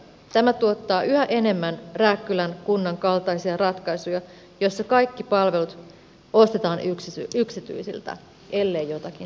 tämä tuottaa yhä enemmän rääkkylän kunnan kaltaisia ratkaisuja joissa kaikki palvelut ostetaan yksityisiltä ellei jotakin tehdä